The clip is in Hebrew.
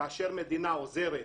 כאשר מדינה עוזרת,